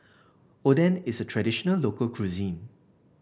Oden is a traditional local cuisine